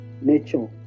nature